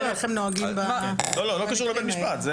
לא קשור לבית משפט.